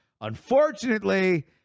Unfortunately